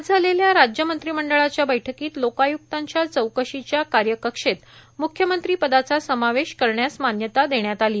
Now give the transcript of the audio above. आज झालेल्या राज्य मंत्रिमंडळाच्या बैठकीत लोक आयक्तांच्या चौकशीच्या कार्यकक्षेत म्ख्यमंत्री पदाचा समावेश करण्यास मान्यता देण्यात आली